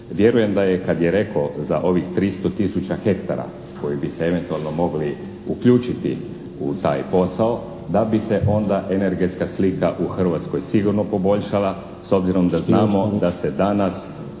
Vjerujem da je kad je rekao za ovih 300 tisuća hektara koji bi se eventualno mogli uključiti u taj posao, da bi se onda energetska slika u Hrvatskoj sigurno poboljšala s obzirom da znamo da se danas